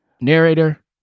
narrator